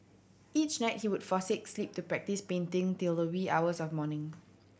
each night he would forsake sleep to practise painting till the wee hours of morning